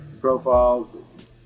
profiles